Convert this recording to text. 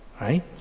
Right